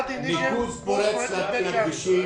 ניקוז פורץ לכבישים,